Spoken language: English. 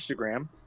Instagram